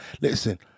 Listen